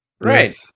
right